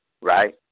right